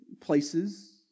places